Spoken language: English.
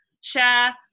share